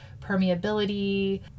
permeability